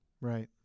Right